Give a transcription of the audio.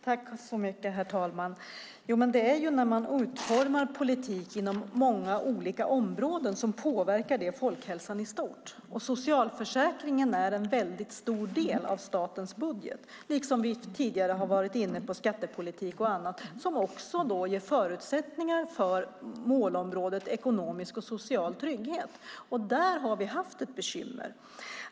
Herr talman! När man utformar politik inom många olika områden påverkar det folkhälsan i stort. Socialförsäkringen är en väldigt stor del av statens budget. Vi har tidigare varit inne på skattepolitik och annat som också ger förutsättningar för målområdet ekonomisk och social trygghet. Där har vi haft ett bekymmer.